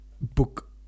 Book